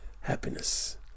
happiness